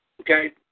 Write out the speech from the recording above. okay